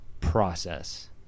process